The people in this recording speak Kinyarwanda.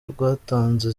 rwatanze